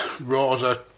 Rosa